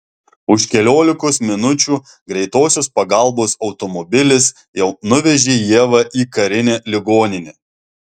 už keliolikos minučių greitosios pagalbos automobilis jau nuvežė ievą į karinę ligoninę